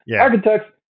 architects